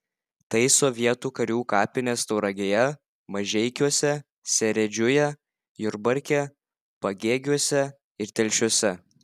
tai sovietų karių kapinės tauragėje mažeikiuose seredžiuje jurbarke pagėgiuose ir telšiuose